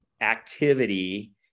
activity